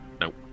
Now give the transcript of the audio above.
Nope